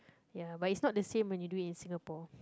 ya but is not the same when you do it in Singapore